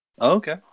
okay